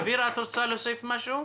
עביר, את רוצה להוסיף משהו?